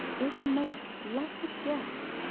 is a most blessed gift.